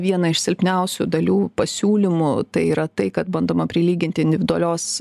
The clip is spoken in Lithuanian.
vieną iš silpniausių dalių pasiūlymų tai yra tai kad bandoma prilyginti individualios